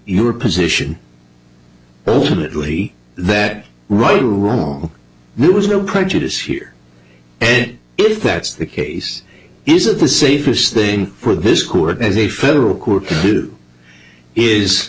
your position ultimately that right or wrong there was no prejudice here and if that's the case is it the safest thing for this court as a federal court is